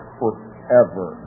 forever